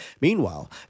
Meanwhile